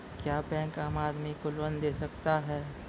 क्या बैंक आम आदमी को लोन दे सकता हैं?